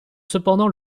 cependant